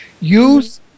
Use